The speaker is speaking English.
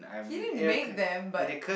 he didn't make them but